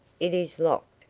it is locked,